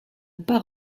pas